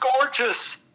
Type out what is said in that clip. gorgeous